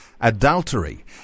adultery